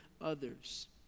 others